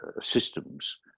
systems